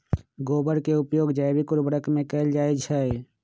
गोबर के उपयोग जैविक उर्वरक में कैएल जाई छई